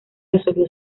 resolvió